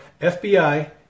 FBI